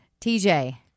TJ